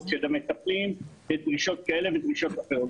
של המטפלים בדרישות כאלה ודרישות אחרות.